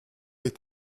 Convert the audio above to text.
est